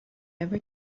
ever